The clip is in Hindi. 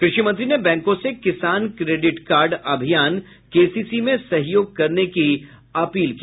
कृषि मंत्री ने बैंकों से किसान क्रेडिट कार्ड अभियान केसीसी में सहयोग करने की अपील की